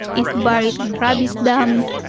it's buried in the rubbish dumps,